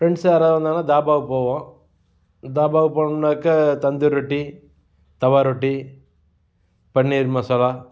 friends யாராவது வந்தாங்கன்னா தாபாவுக்கு போவோம் தாபாவுக்கு போனோம்னாக்க தந்தூர்ரொட்டி தவாரொட்டி பன்னீர்மசாலா